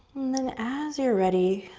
then as you're ready,